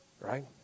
Right